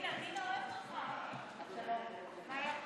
הלוח